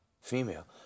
Female